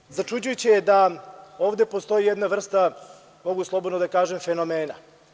Najpre, začuđujuće je da ovde postoji jedna vrsta, mogu slobodno da kažem, fenomena.